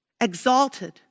Exalted